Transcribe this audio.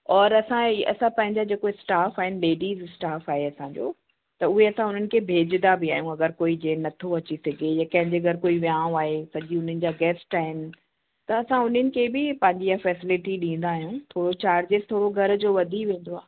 और असां इहे असां पंहिंजा जेको स्टाफ़ आहिनि लेडीज़ स्टाफ़ आहे असांजो त उहे त उन्हनि खे भेजंदा बि आहियूं अगरि कोई जीअं न थो अचे हिते कि या कंहिंजे घर कोई विहांव आहे सॼी उन्हनि जा गेस्ट आहिनि त असां उन्हनि खे बि पंहिंजी इहे फ़ैसिलिटी ॾींदा आहियूं थोरो चार्जिस थोरो घर जो वधी वेंदो आहे